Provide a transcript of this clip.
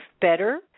better